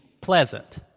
pleasant